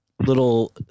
little